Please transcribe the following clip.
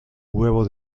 huevo